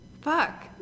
fuck